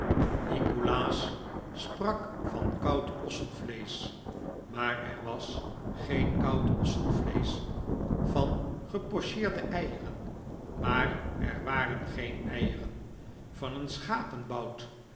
nikolaas sprak van koud ossenvleesch maar er was geen koud ossenvleesch van gepocheerde eieren maar er waren geen eieren van een